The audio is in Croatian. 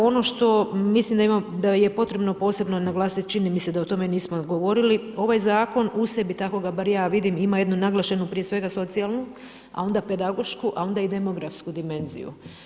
Ono što mislim da je potrebno posebno naglasiti, čini mi se da o tome nismo govorili, ovaj zakon u sebi, tako ga bar ja vidim, ima jednu naglašenu prije svega socijalnu a onda pedagošku a onda i demografsku dimenziju.